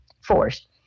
forced